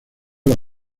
los